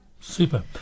Super